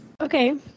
Okay